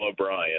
O'Brien